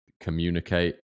communicate